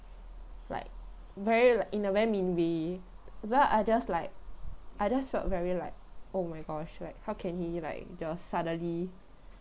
like very lik~ in the very mean way then I just like I just felt very like oh my gosh like how can he like just suddenly